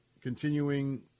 continuing